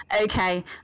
Okay